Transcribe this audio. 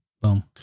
Boom